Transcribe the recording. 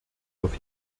auf